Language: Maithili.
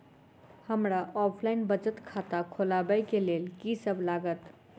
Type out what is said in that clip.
हमरा ऑफलाइन बचत खाता खोलाबै केँ लेल की सब लागत?